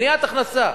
מניעת הכנסה.